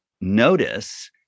notice